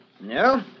No